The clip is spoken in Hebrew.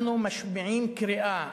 אנחנו משמיעים קריאה: